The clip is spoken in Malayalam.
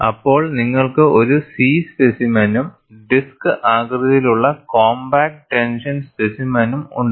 അപ്പോൾ നിങ്ങൾക്ക് ഒരു C സ്പെസിമെനും ഡിസ്ക് ആകൃതിയിലുള്ള കോംപാക്റ്റ് ടെൻഷൻ സ്പെസിമെനും ഉണ്ട്